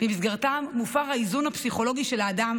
שבמסגרתם מופר האיזון הפסיכולוגי של האדם